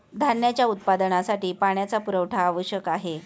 धान्याच्या उत्पादनासाठी पाण्याचा पुरवठा आवश्यक आहे